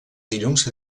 dilluns